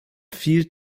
viel